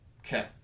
Okay